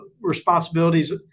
responsibilities